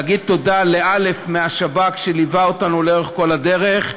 אני רוצה להגיד תודה לא' מהשב"כ שליווה אותנו לאורך כל הדרך,